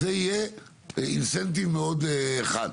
זה יהיה אינסנטיב מאוד חד.